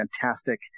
fantastic